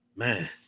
Man